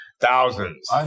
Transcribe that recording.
Thousands